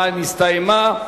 מסדר-היום.